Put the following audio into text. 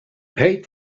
paid